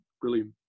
brilliant